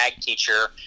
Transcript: teacher